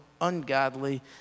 ungodly